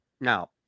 Now